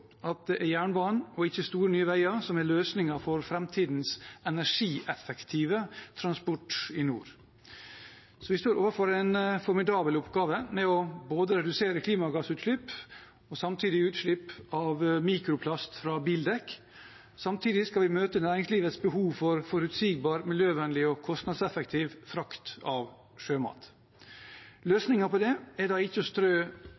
at det er jernbanen og ikke store nye veier som er løsningen for framtidens energieffektive transport i nord. Vi står overfor en formidabel oppgave med både å redusere klimagassutslipp og utslipp av mikroplast fra bildekk og samtidig å møte næringslivets behov for forutsigbar, miljøvennlig og kostnadseffektiv frakt av sjømat. Løsningen på det er da ikke å strø